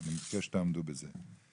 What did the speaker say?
ואני מבקש שתעמדו בזה.